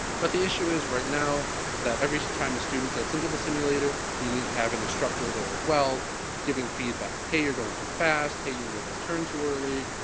but the issue is right now that every time a student gets into the simulator you need to have an instructor there as well giving feedback. hey, you're going too fast. hey, you made this turn too early,